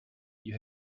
you